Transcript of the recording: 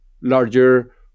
larger